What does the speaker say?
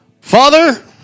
Father